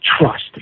trust